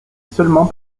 seulement